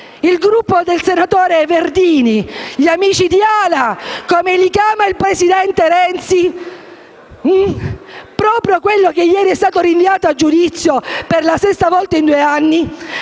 il Gruppo del senatore Verdini - gli amici di AL-A, come li chiama il presidente Renzi - che è proprio quello che ieri è stato rinviato a giudizio per la sesta volta in due anni